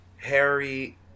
Harry